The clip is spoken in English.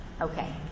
Okay